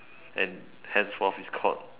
and henceforth is called